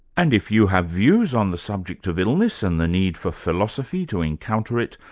and if you have views on the subject of illness and the need for philosophy to encounter it,